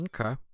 Okay